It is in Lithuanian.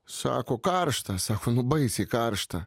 sako karštą sako nu baisiai karšta